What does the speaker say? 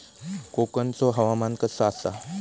कोकनचो हवामान कसा आसा?